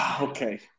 Okay